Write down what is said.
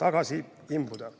tagasi imbuda.